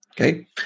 Okay